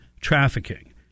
trafficking